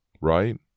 Right